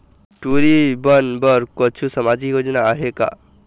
टूरी बन बर कछु सामाजिक योजना आहे का?